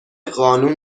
قانون